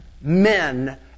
men